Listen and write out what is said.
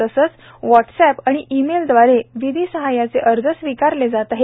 तसेच व्हॉटसअप आणि ई मेलदवारे विधी सहाय्याचे अर्ज स्विकारले जात आहेत